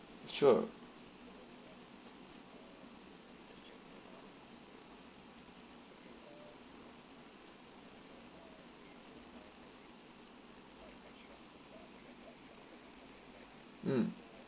sure